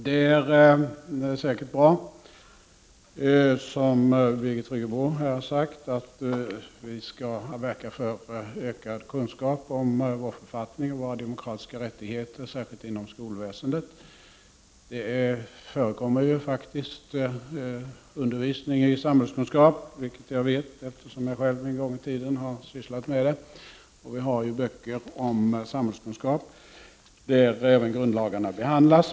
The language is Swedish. Det som Birgit Friggebo sade om att vi särskilt inom skolväsendet skall verka för ökad kunskap om vår författning och våra demokratiska rättigheter är säkert bra. Undervisning i samhällskunskap förekommer faktiskt, det vet jag eftersom jag själv en gång i tiden arbetade med det. Det finns också böcker i samhällskunskap där grundlagarna behandlas.